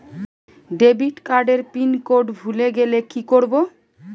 Debit card এর pin code ভুলে গেলে কি করব?